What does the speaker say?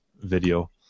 video